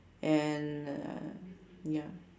and uh ya